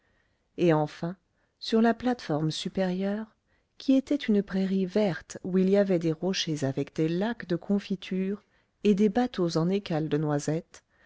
et enfin sur la plate-forme supérieure qui était une prairie verte où il y avait des rochers avec des lacs de confitures et des bateaux en écales de noisettes